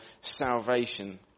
salvation